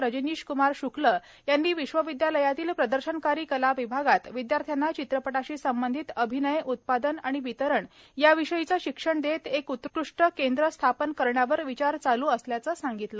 रजनीश कुमार श्क्ल यांनी विश्वविदयालयातील प्रदर्शनकारी कला विभागात विदयार्थ्यांना चित्रपटाशी संबंधित अभिनय उत्पादन आणि वितरण याविषयीचे शिक्षण देत एक उत्कृष्ट केंद्र स्थापन करण्यावर विचार चालू असल्याचे संगितले